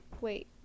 wait